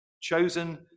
Chosen